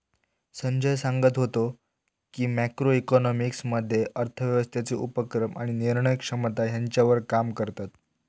संजय सांगत व्हतो की, मॅक्रो इकॉनॉमिक्स मध्ये अर्थव्यवस्थेचे उपक्रम आणि निर्णय क्षमता ह्यांच्यावर काम करतत